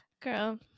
Girl